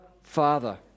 Father